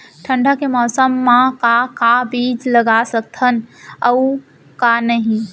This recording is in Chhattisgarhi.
ठंडा के मौसम मा का का बीज लगा सकत हन अऊ का नही?